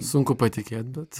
sunku patikėt bet